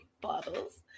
bottles